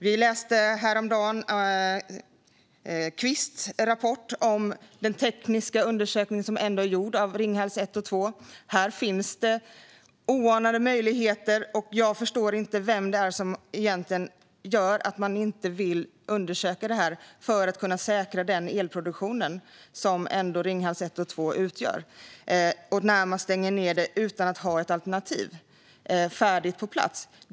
Vi kunde häromdagen läsa om Qvists rapport om den tekniska undersökning som har gjorts av Ringhals 1 och 2. Här finns oanade möjligheter. Jag förstår inte vad som gör att man inte vill undersöka det här för att kunna säkra den elproduktion som Ringhals 1 och 2 står för. Man stänger dessutom ned utan att ha ett färdigt alternativ på plats.